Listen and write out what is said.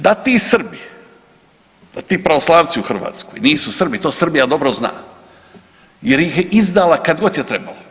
Da ti Srbi, ti pravoslavci u Hrvatskoj nisu Srbi, to Srbija dobro zna jer ih je izdala kad god je trebalo.